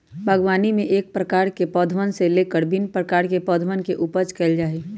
बागवानी में एक प्रकार के पौधवन से लेकर भिन्न प्रकार के पौधवन के उपज कइल जा हई